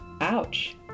ouch